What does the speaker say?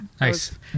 Nice